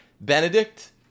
Benedict